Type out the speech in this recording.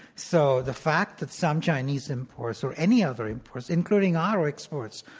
so the fact that some chinese imports or any other imports, including our exports,